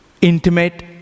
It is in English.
intimate